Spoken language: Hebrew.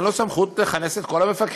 אין לו סמכות לכנס את כל המפקחים,